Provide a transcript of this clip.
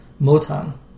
motan